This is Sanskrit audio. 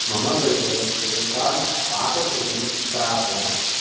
मम कृते एकां पाककृतिं प्रापय